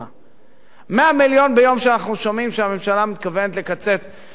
100 מיליון ביום שאנחנו שומעים שהממשלה מתכוונת לקצץ בשירותי רווחה,